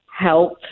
help